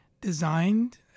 designed